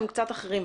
קצת אחרים.